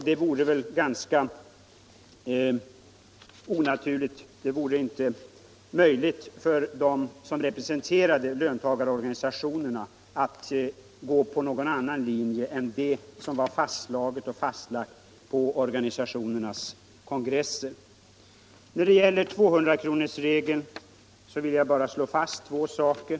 Det var heller inte möjligt för dem som representerade löntagarorganisationerna att gå på någon annan linje än den som var fastslagen på organisationernas kongresser. När det gäller 200-kronorsregeln vill jag bara slå fast två saker.